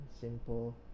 simple